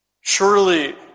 Surely